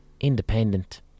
independent